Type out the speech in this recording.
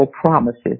promises